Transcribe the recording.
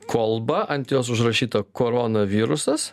kolba ant jos užrašyta korona virusas